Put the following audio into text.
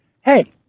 hey